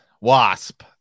Wasp